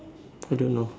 I don't know